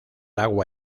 agua